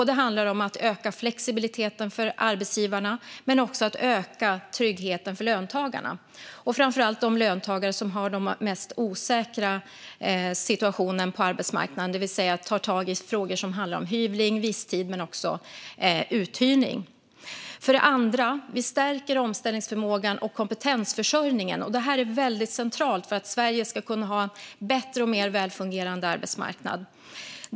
Den handlar om att öka både flexibiliteten för arbetsgivarna och tryggheten för löntagarna. Framför allt gäller det de löntagare som har den mest osäkra situationen på arbetsmarknaden. Vi tar tag i frågor om hyvling, visstid och uthyrning. För det andra stärker vi omställningsförmågan och kompetensförsörjningen. Detta är väldigt centralt för att Sverige ska kunna få en bättre och mer välfungerande arbetsmarknad.